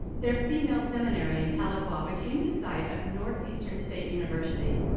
their female seminary in tahlequah became the site of northeastern state university.